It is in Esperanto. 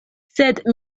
sed